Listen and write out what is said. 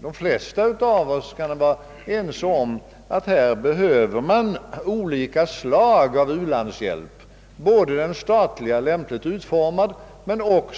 De flesta av oss kan säkerligen vara eniga om att det behövs olika slag av u-landshjälp, både den statliga hjälpen — lämpligt utformad — och